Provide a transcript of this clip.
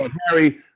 harry